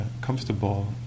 comfortable